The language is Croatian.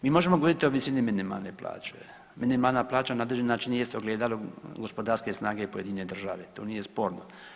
Mi možemo govoriti o visini minimalne plaće, minimalna plaća na određeni način je isto ogledalo gospodarske snage pojedine države, to nije sporno.